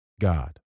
God